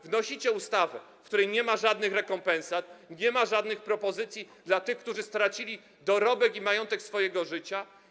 Wnosicie ustawę, w której nie ma żadnych rekompensat, nie ma żadnych propozycji dla tych, którzy stracili dorobek i majątek życia.